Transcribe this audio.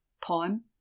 poem